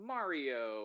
Mario